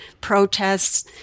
protests